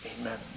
Amen